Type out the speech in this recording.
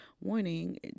warning